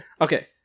Okay